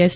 S